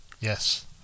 Yes